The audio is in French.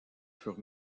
furent